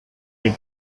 hit